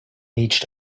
reached